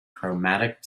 chromatic